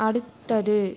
அடுத்தது